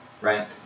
Right